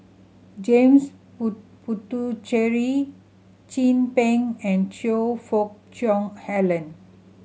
James Puthucheary Chin Peng and Choe Fook Cheong Alan